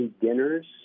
dinners